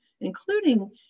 including